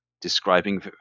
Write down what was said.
describing